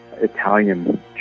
Italian